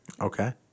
Okay